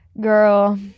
girl